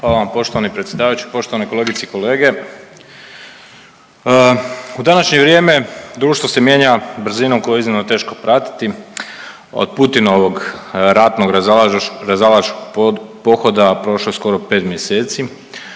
Hvala vam poštovani predsjedavajući, poštovane kolegice i kolege. U današnje vrijeme društvo se mijenja brzinom koje je iznimno teško pratiti, od Putinovog ratnog razaračkog pohoda prošlo je skoro 5 mjeseci,